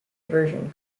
version